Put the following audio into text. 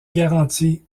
garantie